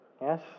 Yes